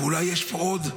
ואולי פה יש עוד.